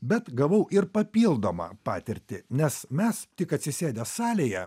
bet gavau ir papildomą patirtį nes mes tik atsisėdę salėje